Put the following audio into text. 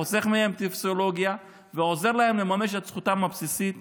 חוסך מהם טופסולוגיה ועוזר להם לממש את זכותם הבסיסית